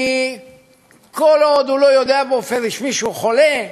כי כל עוד הוא לא יודע באופן רשמי שהוא חולה,